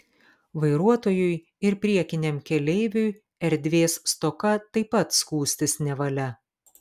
vairuotojui ir priekiniam keleiviui erdvės stoka taip pat skųstis nevalia